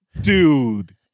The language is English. Dude